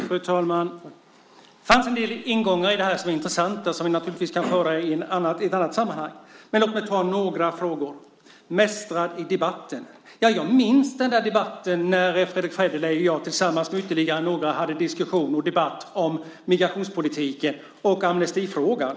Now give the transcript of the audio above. Fru talman! Det fanns en del ingångar i det här som är intressanta och som vi naturligtvis kan föra diskussioner om i ett annat sammanhang. Men låt mig ta upp några frågor. Det talas om att bli mästrad i debatten. Jag minns debatten när Fredrick Federley och jag tillsammans med ytterligare några andra förde en diskussion och debatt om migrationspolitiken och amnestifrågan.